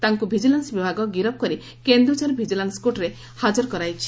ତାଙ୍କୁ ଭିଜିଲାନ୍ ବିଭାଗ ଗିରଫ କରି କେନୁଝର ଭିଜିଲାନ୍ୱ କୋର୍ଟରେ ଆଜି ହାଜର କରାଇଛି